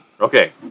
Okay